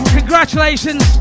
Congratulations